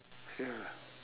ya